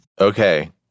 Okay